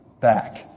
back